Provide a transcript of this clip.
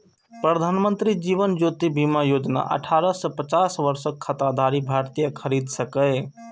प्रधानमंत्री जीवन ज्योति बीमा योजना अठारह सं पचास वर्षक खाताधारी भारतीय खरीद सकैए